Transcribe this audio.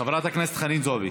חברת הכנסת חנין זועבי,